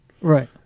Right